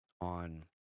on